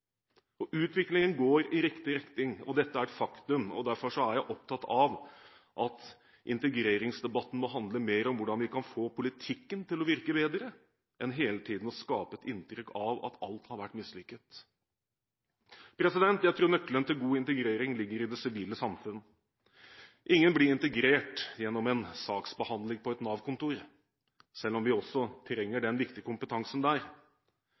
Og utviklingen går i riktig retning.» Dette er et faktum, og derfor er jeg opptatt av at integreringsdebatten må handle mer om hvordan vi kan få politikken til å virke bedre, enn hele tiden å skape et inntrykk av at alt har vært mislykket. Jeg tror nøkkelen til god integrering ligger i det sivile samfunn. Ingen blir integrert gjennom en saksbehandling på et Nav-kontor, selv om vi også trenger den viktige kompetansen der.